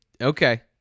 Okay